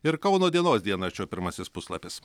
ir kauno dienos dienraščio pirmasis puslapis